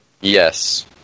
Yes